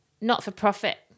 not-for-profit